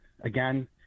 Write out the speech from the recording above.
again